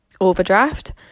overdraft